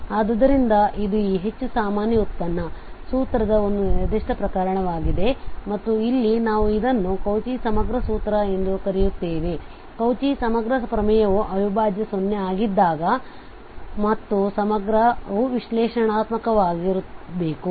ಆದ್ದರಿಂದ ಇದು ಈ ಹೆಚ್ಚು ಸಾಮಾನ್ಯ ಉತ್ಪನ್ನ ಸೂತ್ರದ ಒಂದು ನಿರ್ದಿಷ್ಟ ಪ್ರಕರಣವಾಗಿದೆ ಮತ್ತು ಇಲ್ಲಿ ನಾವು ಇದನ್ನು ಕೌಚಿ ಸಮಗ್ರ ಸೂತ್ರ ಎಂದು ಕರೆಯುತ್ತೇವೆ ಕೌಚಿ ಸಮಗ್ರ ಪ್ರಮೇಯವು ಅವಿಭಾಜ್ಯ 0 ಆಗಿದ್ದಾಗ ಮತ್ತು ಸಮಗ್ರವು ವಿಶ್ಲೇಷಣಾತ್ಮಕವಾಗಿರಬೇಕು